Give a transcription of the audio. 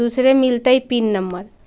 दुसरे मिलतै pin number?